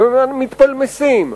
ומתפלמסים,